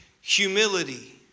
humility